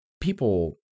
people